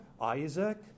Isaac